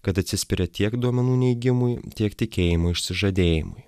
kad atsispiria tiek duomenų neigimui tiek tikėjimo išsižadėjimui